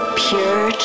pure